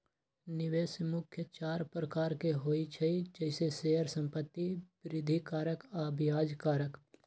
निवेश मुख्य चार प्रकार के होइ छइ जइसे शेयर, संपत्ति, वृद्धि कारक आऽ ब्याज कारक